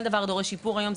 כל דבר דורש שיפור היום,